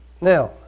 Now